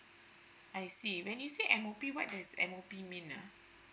I see when you say M_O_P what does M_O_P mean ah